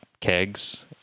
kegs